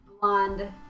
blonde